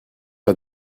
pas